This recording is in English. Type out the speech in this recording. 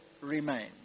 remain